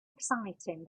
exciting